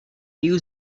new